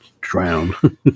drown